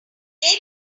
till